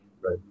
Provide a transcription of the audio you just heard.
Right